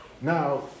now